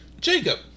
Jacob